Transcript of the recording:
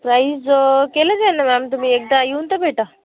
price केलं जाईल ना मॅम तुम्ही एकदा येऊन तर भेटा